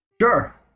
Sure